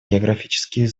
географические